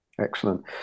excellent